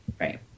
Right